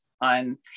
on